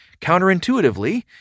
Counterintuitively